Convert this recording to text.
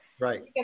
Right